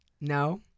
No